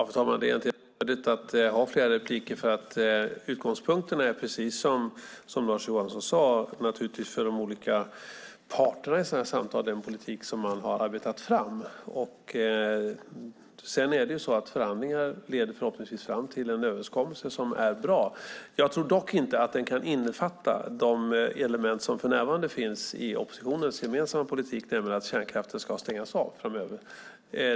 Fru talman! Det är egentligen onödigt att ha flera repliker. Utgångspunkten för de olika parterna i sådana samtal är, precis som Lars Johansson sade, den politik som man har arbetat fram. Förhandlingar leder förhoppningsvis fram till en överenskommelse som är bra. Jag tror dock inte att den kan innefatta de element som för närvarande finns i oppositionens gemensamma politik, nämligen att kärnkraften ska stängas av framöver.